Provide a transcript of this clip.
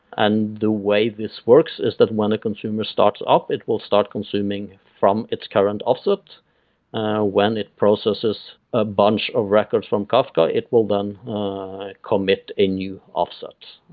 and the way this works is that when a consumer starts up, it will start consuming from its current offset when it processes a bunch of records from kafka, it will then commit a new offset,